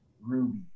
Ruby